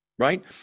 Right